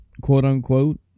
quote-unquote